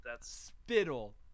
spittle